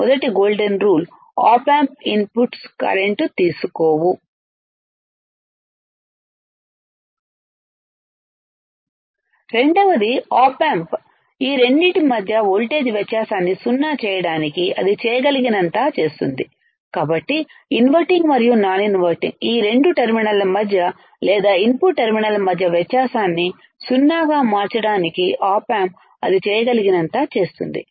మొదటి golden rule op amp inputs current తీసుకోవు రెండవది ఆప్ ఆంప్ ఈ రెండింటి మధ్య వోల్టేజ్ వ్యత్యాసాన్ని సున్నా చేయడానికి అది చేయగలిగినంత చేస్తుందికాబట్టి ఇన్వర్టింగ్ మరియు నాన్ ఇన్వర్టింగ్ ఈ రెండు టెర్మినళ్ల మధ్య లేదా ఇన్పుట్ టెర్మినళ్ల మధ్య వ్యత్యాసాన్ని సున్నా గా మార్చడానికి ఆప్ ఆంప్ అది చేయగలిగినంత చేస్తుంది